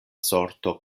sorto